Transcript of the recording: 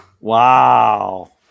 Wow